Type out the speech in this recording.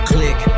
Click